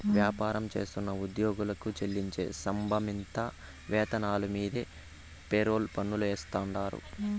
వ్యాపారం చేస్తున్న ఉద్యోగులకు చెల్లించే సంబంధిత వేతనాల మీన్దే ఫెర్రోల్ పన్నులు ఏస్తాండారు